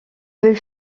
veut